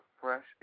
fresh